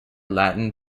latin